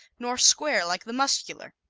nor square like the muscular.